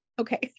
Okay